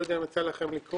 אני לא יודע אם יצא לכם לקרוא.